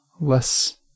less